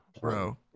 Bro